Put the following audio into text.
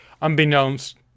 unbeknownst